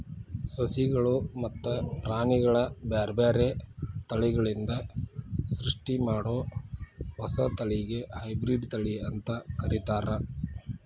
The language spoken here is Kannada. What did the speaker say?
ಸಸಿಗಳು ಮತ್ತ ಪ್ರಾಣಿಗಳ ಬ್ಯಾರ್ಬ್ಯಾರೇ ತಳಿಗಳಿಂದ ಸೃಷ್ಟಿಮಾಡೋ ಹೊಸ ತಳಿಗೆ ಹೈಬ್ರಿಡ್ ತಳಿ ಅಂತ ಕರೇತಾರ